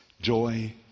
joy